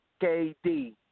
KD